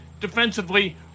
defensively